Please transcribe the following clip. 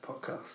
podcast